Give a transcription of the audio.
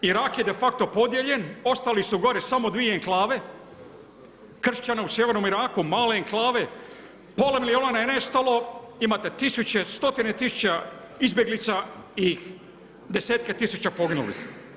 Irak je de facto podijeljen, ostali su govore samo dvije enklave kršćana u sjevernom Iraku, male enklave, pola milijuna je nestalo, imate stotine tisuća izbjeglica i desetke tisuća poginulih.